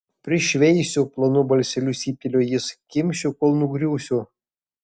prišveisiu plonu balseliu cyptelėjo jis kimšiu kol nugriūsiu